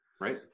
Right